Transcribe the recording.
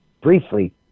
briefly